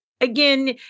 again